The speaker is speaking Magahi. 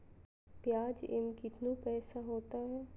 प्याज एम कितनु कैसा होता है?